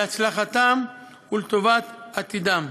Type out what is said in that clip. להצלחתם ולטובת עתידם.